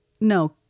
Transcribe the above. No